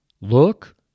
look